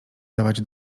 dawać